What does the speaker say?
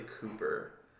Cooper